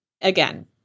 again